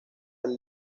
del